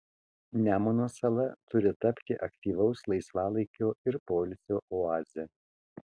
nemuno sala turi tapti aktyvaus laisvalaikio ir poilsio oaze